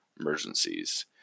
emergencies